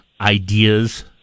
ideas